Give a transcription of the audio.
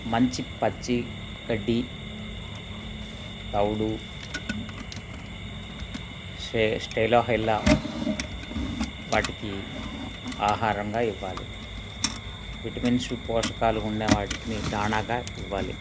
మంచి పచ్చి కడ్డి తవుడు స్ట్రె స్ట్రెలో హెల్లా వాటికి ఆహారంగా ఇవ్వాలి విటమిన్స్ పోషకాలు ఉండే వాటికి దానాగా ఇవ్వాలి